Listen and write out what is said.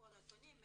אפרופו נתונים,